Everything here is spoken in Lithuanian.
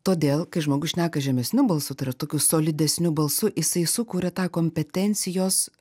todėl kai žmogus šneka žemesniu balsu tai yra tokiu solidesniu balsu jisai sukuria tą kompetencijos